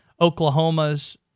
Oklahoma's